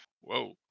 Whoa